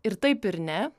ir taip ir ne